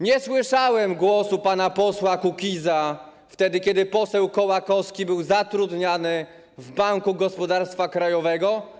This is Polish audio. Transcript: Nie słyszałem głosu pana posła Kukiza, kiedy poseł Kołakowski był zatrudniany w Banku Gospodarstwa Krajowego.